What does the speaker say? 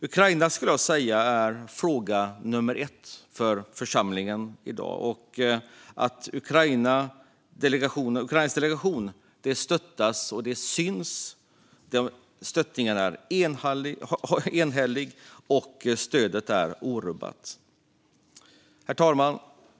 Ukraina, skulle jag säga, är i dag frågan nummer ett för församlingen, liksom att Ukrainas delegation stöttas synligt, enhälligt och orubbat. Herr talman!